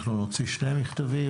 אנחנו נוציא שני מכתבים,